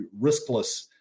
riskless